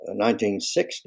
1960